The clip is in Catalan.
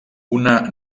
una